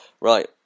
Right